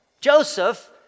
Joseph